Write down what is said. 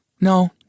No